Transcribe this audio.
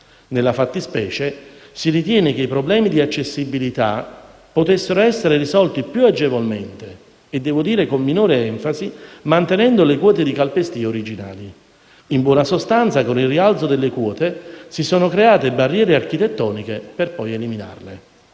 Nella fattispecie si ritiene che i problemi di accessibilità potessero essere risolti più agevolmente, e devo dire con minore enfasi, mantenendo le quote di calpestio originali. In buona sostanza con il rialzo delle quote si sono create barriere architettoniche per poi eliminarle.